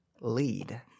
lead